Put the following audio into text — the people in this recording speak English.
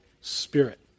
spirit